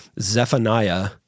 Zephaniah